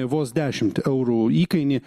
vos dešimt eurų įkainį